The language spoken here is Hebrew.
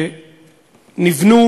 שנבנו